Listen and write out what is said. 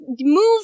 move